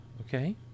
Okay